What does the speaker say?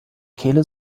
kehle